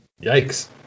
yikes